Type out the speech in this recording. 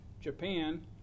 Japan